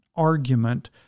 argument